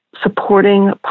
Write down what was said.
supporting